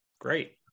Great